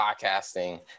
podcasting